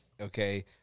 okay